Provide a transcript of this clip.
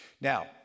Now